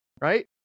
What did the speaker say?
right